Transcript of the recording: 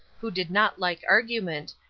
who did not like argument,